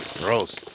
Gross